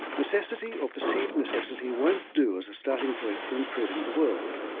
necessity, or perceived necessity, won't do as a starting point for improving the world.